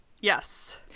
Yes